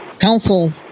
council